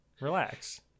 relax